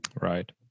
Right